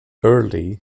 early